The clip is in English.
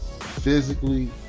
physically